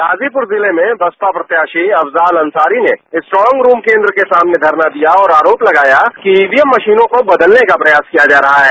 गाजीपुर जिले में बसपा प्रत्याशी अफजाल अंसारी ने स्ट्रांग रूम केन्द्र के सामने धरना दिया और आरोप लगाया कि ईवीएम मशीनों को बदलने का प्रयास किया जा रहा है